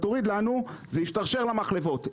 זה ישתרשר למחלבות,